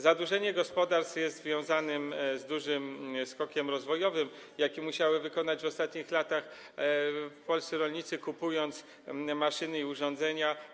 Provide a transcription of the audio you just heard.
Zadłużenie gospodarstw jest związane z dużym skokiem rozwojowym, z jakim musieli zmierzyć się w ostatnich latach w Polsce rolnicy, kupując maszyny i urządzenia.